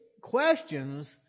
questions